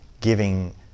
giving